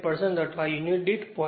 8 અથવા યુનિટ દીઠ 0